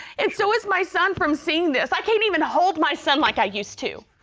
and so is my son from seeing this. i can't even hold my son like i used to.